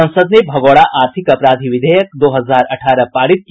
संसद ने भगोड़ा आर्थिक अपराधी विधेयक दो हजार अठारह पारित किया